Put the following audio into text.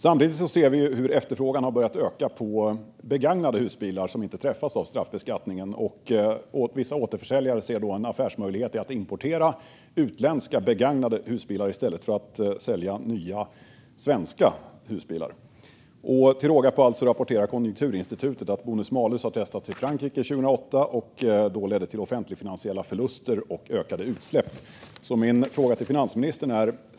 Samtidigt ser vi att efterfrågan på begagnade husbilar har börjat öka, då dessa inte träffas av straffbeskattningen. Vissa återförsäljare ser här en affärsmöjlighet i att importera utländska begagnade husbilar i stället för att sälja nya svenska husbilar. Konjunkturinstitutet rapporterar till råga på allt att bonus-malus testades 2008 i Frankrike. Det ledde till offentlig-finansiella förluster och ökade utsläpp. Min fråga går till finansministern.